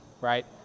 right